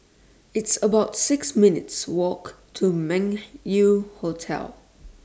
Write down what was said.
It's about six minutes' Walk to Meng Yew Hotel